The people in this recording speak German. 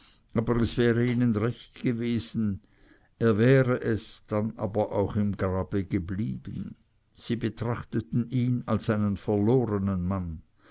aber es wäre ihnen recht gewesen er wäre es dann aber auch im grabe geblieben sie betrachteten ihn als einen verlornen mann